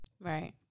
right